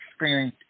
experience